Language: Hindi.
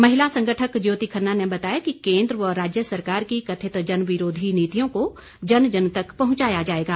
महिला संगठक ज्योति खन्ना ने बताया कि केंद्र व राज्य सरकार की कथित जन विरोधी नीतियों को जन जन तक पहुंचाया जाएगा